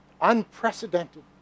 Unprecedented